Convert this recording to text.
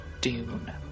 dune